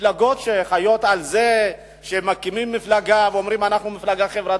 מפלגות שחיות על זה שמקימים מפלגה ואומרים: אנחנו מפלגה חברתית,